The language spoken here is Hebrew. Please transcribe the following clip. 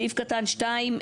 סעיף קטן (2)